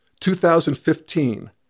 2015